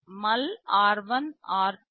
MUL r1 r2 r3